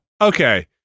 okay